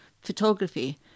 photography